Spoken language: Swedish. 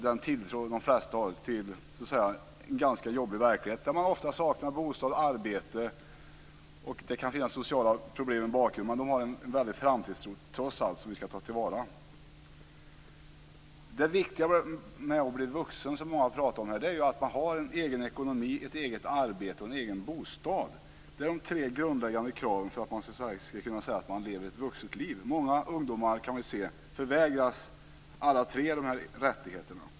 De flesta har en ganska jobbig verklighet. Många saknar bostad och arbete, och det kan finnas sociala problem i bakgrunden. Men trots allt har ungdomarna en väldigt stor framtidstro som vi ska ta till vara. För att bli vuxen krävs det att man har en egen ekonomi, ett eget arbete och en egen bostad. Det är de tre grundläggande kraven för att man ska kunna leva ett vuxet liv. Många ungdomar förvägras alla dessa tre rättigheter.